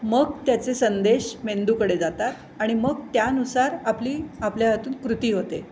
मग त्याचे संदेश मेंदूकडे जातात आणि मग त्यानुसार आपली आपल्या हातून कृती होते